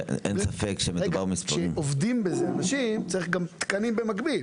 כשאנשים עובדים בזה צריך גם תקנים, במקביל.